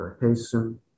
hasten